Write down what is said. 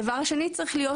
בנוסף, צריך להיות